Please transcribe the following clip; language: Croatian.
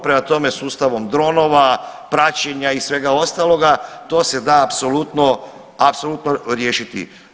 Prema tome, sustavom dronova, praćenja i svega ostaloga to se da apsolutno riješiti.